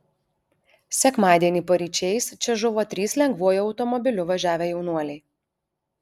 sekmadienį paryčiais čia žuvo trys lengvuoju automobiliu važiavę jaunuoliai